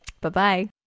Bye-bye